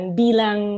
bilang